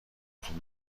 تون